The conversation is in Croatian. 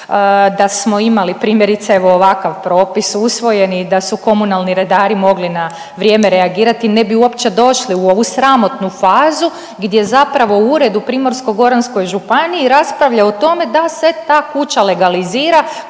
Da smo imali primjerice evo ovakav propis usvojen i da su komunalni redari na vrijeme reagirati ne bi uopće došli u ovu sramotnu fazu gdje zapravo ured u Primorsko-goranskoj županiji raspravlja o tome da se ta kuća legalizira